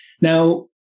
Now